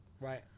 Right